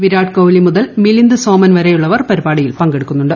വിരാട് കോഹ്ലി മുതൽ മിലിന്ദ് സോമൻ വരെയുള്ളവർ പരിപാടിയിൽ പങ്കെടുക്കുന്നുണ്ട്